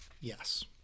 Yes